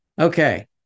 Okay